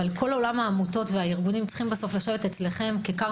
אבל כל עולם העמותות והארגונים צריכים בסוף לשבת אצלכם ככר